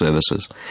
services